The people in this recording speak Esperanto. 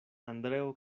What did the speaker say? andreo